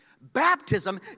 Baptism